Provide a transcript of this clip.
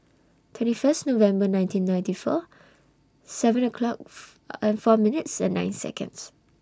twenty First November nineteen ninety four seven o'clock and four minutes and nine Seconds